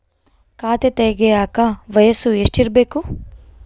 ಖಾತೆ ತೆಗೆಯಕ ವಯಸ್ಸು ಎಷ್ಟಿರಬೇಕು?